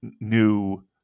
new